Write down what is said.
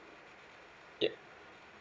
yea